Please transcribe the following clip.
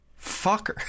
fucker